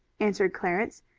answered clarence.